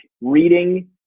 reading